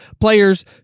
players